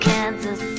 Kansas